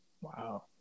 Wow